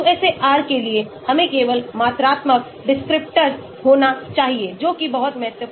QSAR के लिए हमें केवल मात्रात्मक descriptor होना चाहिए जो कि बहुत महत्वपूर्ण है